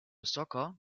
soccer